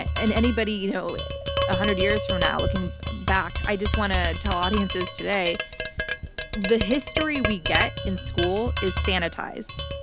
and anybody one you know ah hundred years from now, looking back. i just want to tell audiences today the history we get in school is sanitized.